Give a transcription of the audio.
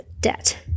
debt